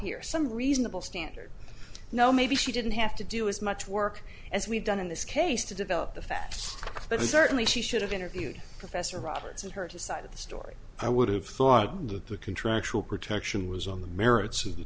here some reasonable standard no maybe she didn't have to do as much work as we've done in this case to develop the facts but certainly she should have interviewed professor roberts and her to side of the story i would have thought that the contractual protection was on the merits of the